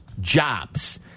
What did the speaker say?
jobs